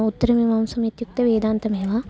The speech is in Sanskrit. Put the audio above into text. उत्तरमीमांसमित्युक्ते वेदान्तमेव